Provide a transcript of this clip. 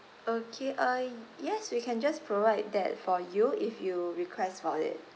okay uh yes we can just provide that for you if you request for it